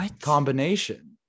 combination